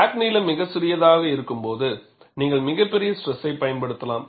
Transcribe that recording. crack நீளம் மிகச் சிறியதாக இருக்கும்போது நீங்கள் மிகப் பெரிய ஸ்ட்ரெஸை பயன்படுத்தலாம்